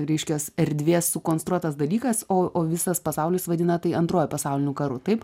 reiškias erdvės sukonstruotas dalykas o o visas pasaulis vadina tai antruoju pasauliniu karu taip